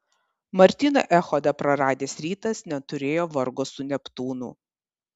martyną echodą praradęs rytas neturėjo vargo su neptūnu